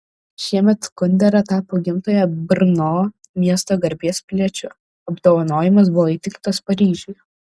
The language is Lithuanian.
šiemet kundera tapo gimtojo brno miesto garbės piliečiu apdovanojimas buvo įteiktas paryžiuje